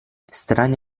strani